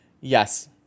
Yes